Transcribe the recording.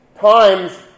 times